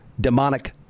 demonic